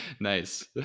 nice